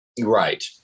Right